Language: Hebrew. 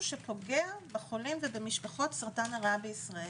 שפוגע בחולים ובמשפחות סרטן הריאה בישראל.